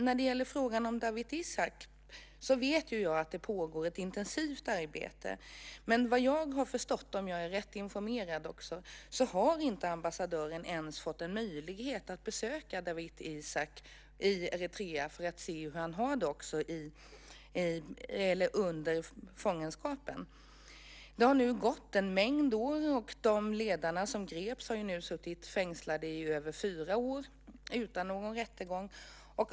När det gäller frågan om Dawit Isaak vet jag att det pågår ett intensivt arbete. Men vad jag har förstått, om jag är rätt informerad, har inte ambassadören ens fått en möjlighet att besöka Dawit Isaak i Eritrea för att se hur han har det under fångenskapen. Det har nu gått en mängd år. De ledare som greps har nu suttit fängslade i över fyra år utan någon rättegång.